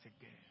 again